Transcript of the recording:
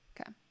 okay